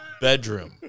bedroom